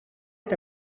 est